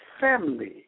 family